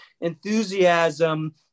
enthusiasm